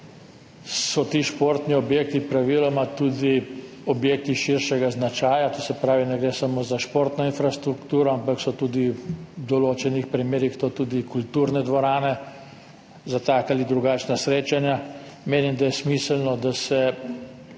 so ti športni objekti praviloma tudi objekti širšega značaja, to se pravi, ne gre samo za športno infrastrukturo, ampak so v določenih primerih to tudi kulturne dvorane za taka ali drugačna srečanja, menim, da je smiselno, da se